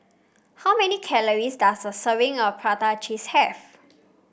how many calories does a serving of Prata Cheese have